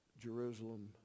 Jerusalem